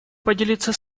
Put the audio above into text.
поделиться